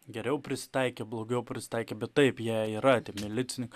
geriau prisitaikė blogiau prisitaikė bet taip jie yra tie milicininkai